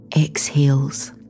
exhales